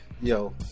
Yo